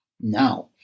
Now